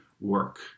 work